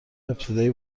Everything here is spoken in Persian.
ابتدایی